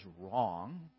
wrong